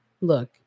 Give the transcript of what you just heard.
look